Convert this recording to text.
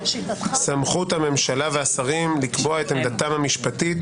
סמכות הממשלה והשרים לקבוע את עמדתם המשפטית